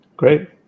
Great